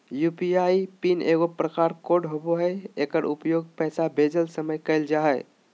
UPI pin एगो pass code होबो हइ एकर उपयोग पैसा भेजय समय कइल जा हइ